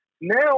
Now